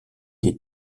des